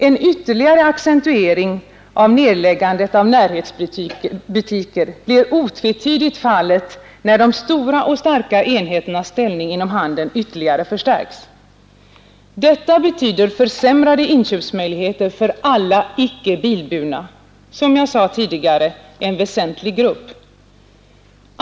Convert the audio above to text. En ytterligare accentuering av nedläggandet av närhetsbutiker blir otvetydigt fallet, när de stora och starka enheternas ställning inom handeln ytterligare förstärks. Detta betyder försämrade inköpsmöjligheter för alla icke bilburna — som jag sade tidigare en väsentlig grupp.